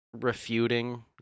refuting